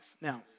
Now